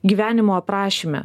gyvenimo aprašyme